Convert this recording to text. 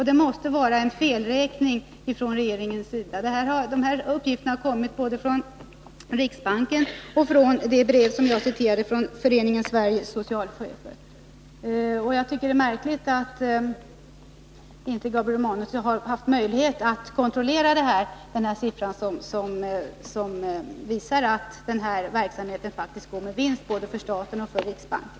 Det måste vara fråga om en felräkning från regeringens sida. Uppgifterna kommer både från riksbanken och från Föreningen Sveriges socialchefer, vars brev jag tidigare citerade. Jag tycker det är märkligt att Gabriel Romanus inte haft möjlighet att kontrollera dem. Siffrorna visar alltså att verksamheten går med vinst, både för staten och för riksbanken.